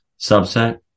subset